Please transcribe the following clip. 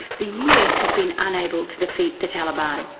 the us has been unable to defeat the taliban.